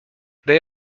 they